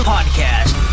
Podcast